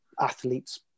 athletes